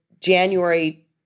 January